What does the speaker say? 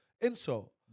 insult